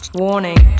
warning